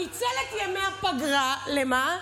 ניצל את ימי הפגרה, למה?